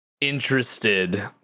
interested